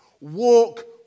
Walk